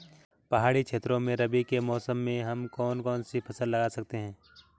पहाड़ी क्षेत्रों में रबी के मौसम में हम कौन कौन सी फसल लगा सकते हैं?